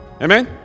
Amen